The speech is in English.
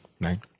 Right